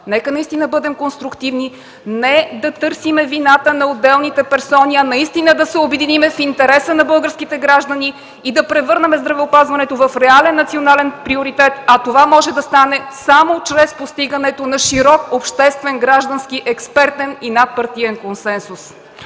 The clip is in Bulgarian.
Нека наистина бъдем конструктивни, не да търсим вината на отделните персони, а наистина да се обединим в интерес на българските граждани и да превърнем здравеопазването в реален национален приоритет, а това може да стане само чрез постигането на широк обществен, граждански, експертен и надпартиен консенсус.